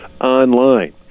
online